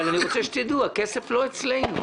אבל אני רוצה שתדעו הכסף לא אצלנו.